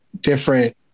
different